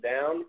down